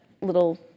little